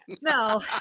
No